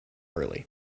early